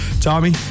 Tommy